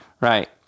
Right